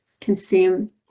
consume